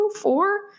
four